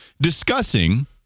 discussing